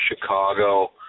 Chicago